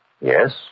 Yes